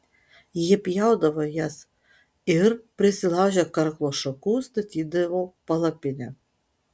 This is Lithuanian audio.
jie pjaudavo jas ir prisilaužę karklo šakų statydavo palapinę